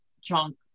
chunk